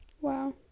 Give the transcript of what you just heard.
Wow